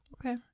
Okay